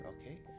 okay